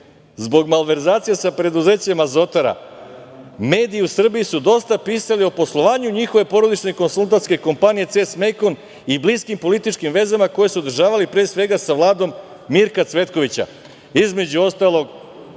zbog malverzacije sa preduzećem „Azotara“ mediji u Srbiji su dosta pisali o poslovanju njihove porodične konsultantske kompanije „CES- Mekon“ i bliskim političkim vezama koje su održavali pre svega sa Vladom Mirka Cvetkovića, između ostalog